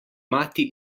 mati